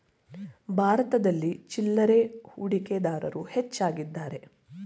ಭಾರತದಲ್ಲಿ ಚಿಲ್ಲರೆ ಹೂಡಿಕೆದಾರರು ಹೆಚ್ಚಾಗಿದ್ದಾರೆ